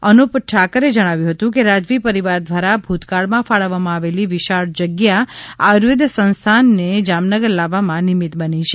અનુપ ઠાકરે જણાવ્યું હતું કે રાજવી પરિવાર દ્વારા ભુતકાળમાં ફાળવવામાં આવેલી વિશાળ જગ્યા આયુર્વેદ સંસ્થાનને જામનગર લાવવામાં નિમિત બની છે